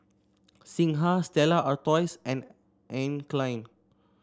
Singha Stella Artois and Anne Klein